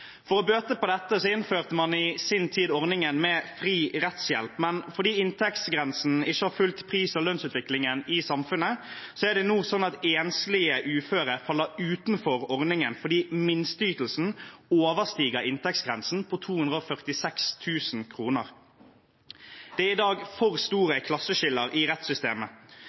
For å bøte på dette innførte man i sin tid ordningen med fri rettshjelp, men fordi inntektsgrensen ikke har fulgt pris- og lønnsutviklingen i samfunnet, er det nå sånn at enslige uføre faller utenfor ordningen, fordi minsteytelsen overstiger inntektsgrensen på 246 000 kr. Det er i dag for store klasseskiller i rettssystemet.